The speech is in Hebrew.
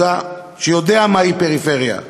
שיודע מהי פריפריה,